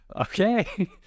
okay